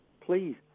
please